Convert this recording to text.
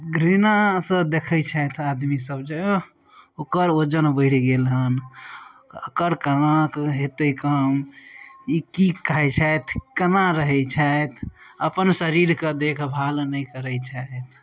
घृणासँ देखय छथि आदमी सब जे ओह ओकर वजन बढि गेलहन अकर कनाके हेतय काम ई की खाइ छथि केना रहय छथि अपन शरीरके देखभाल नहि करय छथि